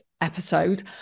episode